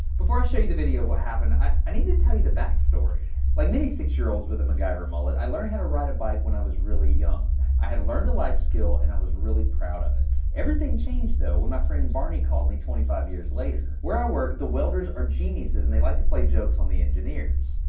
before i show you the video of what happened i i need to tell you the back story. like many six year olds with a macgyver mullet i learned how to ride a bike when i was really young. i had learned a life skill and i was really proud of it. everything changed though when my friend barney called me twenty five years later. where i work, the welders are geniuses, and they like to play jokes on the engineers.